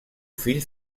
fill